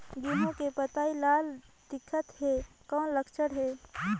गहूं के पतई लाल दिखत हे कौन लक्षण हे?